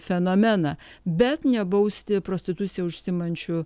fenomeną bet nebausti prostitucija užsiimančių